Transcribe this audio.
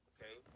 Okay